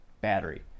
battery